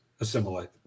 assimilate